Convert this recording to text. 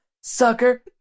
Sucker